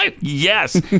Yes